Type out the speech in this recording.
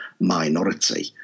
minority